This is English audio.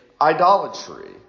idolatry